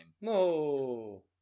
No